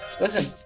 listen